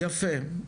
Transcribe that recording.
יפה,